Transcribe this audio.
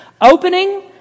Opening